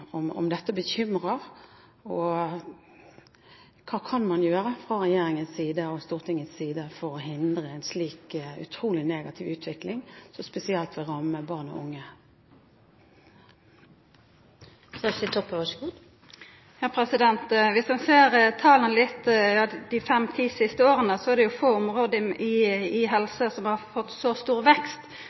om dette bekymrer, og hva kan man gjøre fra regjeringens og Stortingets side for å hindre en slik utrolig negativ utvikling, som spesielt vil ramme barn og unge? Om ein ser på tala dei siste fem–ti åra, er det få område i helsevesenet som har fått så stor vekst